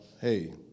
hey